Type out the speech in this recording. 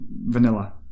vanilla